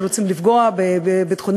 שרוצים לפגוע בביטחוננו,